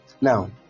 Now